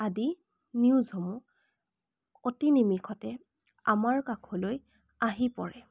আদি নিউজসমূহ অতি নিমিষতে আমাৰ কাষলৈ আহি পৰে